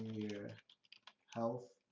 your health